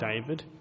David